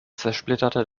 zersplitterte